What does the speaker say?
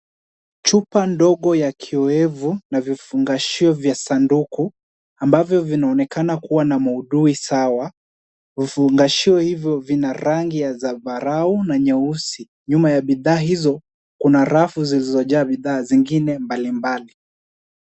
Chupa ndogo ya kiowevu na vifungashio vya sanduku ambavyo vinaonekana kuwa na muudui sawa. Vifungashio hivyo vina rangi ya zambarau na nyeusi. Nyuma ya bidhaa hizo kuna rafu zilizojaa bidhaa zingine mbalimbali.